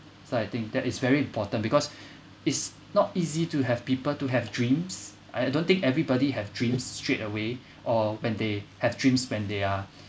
so I think that is very important because it's not easy to have people to have dreams I don't think everybody have dreams straight away or when they have dreams when they are